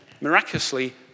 miraculously